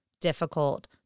difficult